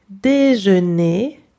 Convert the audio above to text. déjeuner